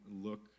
Look